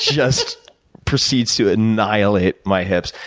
just proceeds to annihilate my hips.